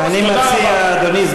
אדוני,